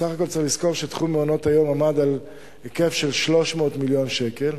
בסך הכול צריך לזכור שתחום מעונות-היום עמד על היקף של 300 מיליון שקל,